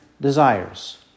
desires